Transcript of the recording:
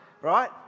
right